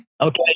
Okay